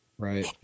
Right